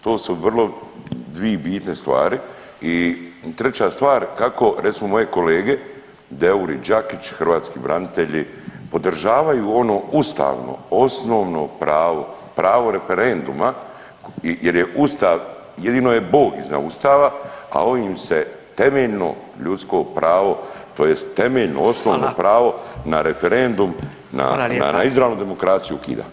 To su vrlo dvi bitne stvari i treća stvar, kako recimo moje kolege Deur i Đakić, hrvatski branitelji podržavaju ono ustavno osnovno pravo, pravo referenduma jer je Ustav, jedino je Bog iznad Ustava, a ovim se temeljno ljudsko pravo, tj. temeljno osnovno pravo [[Upadica: Hvala.]] na referendum, na izravnu demokraciju [[Upadica: Hvala lijepa.]] ukida.